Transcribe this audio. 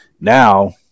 now